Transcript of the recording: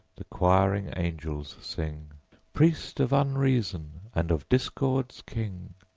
the quiring angels sing priest of unreason, and of discords king!